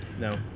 No